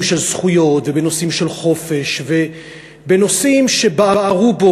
של זכויות ובנושאים של חופש ובנושאים שבערו בו,